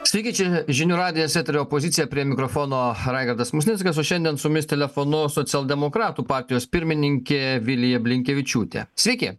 sveiki čia žinių radijas eterio opozicija prie mikrofono raigardas musnickas o šiandien su mumis telefonu socialdemokratų partijos pirmininkė vilija blinkevičiūtė sveiki